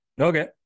Okay